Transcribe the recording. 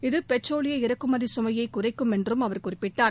இது பெட்ரோலிய இறக்குமதி சுமையை குறைக்கும் என்று குறிப்பிட்டாார்